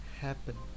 happen